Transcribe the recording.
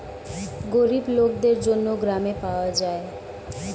গরিব লোকদের জন্য গ্রামে পাওয়া যায়